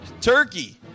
turkey